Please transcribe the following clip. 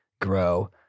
grow